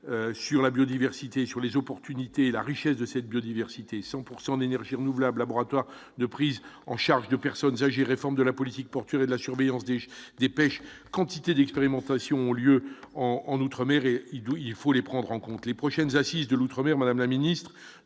sur la biodiversité sur les opportunités et la richesse de cette biodiversité, 100 pourcent d'énergies renouvelables, laboratoire de prise en charge de personnes âgées, réforme de la politique pour tirer de la surveillance des quantité d'expérimentations ont lieu en en outre-mer et il faut les prendre en compte les prochaines assises de l'Outre-mer, Madame la Ministre,